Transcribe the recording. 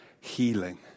healing